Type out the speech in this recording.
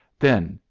then,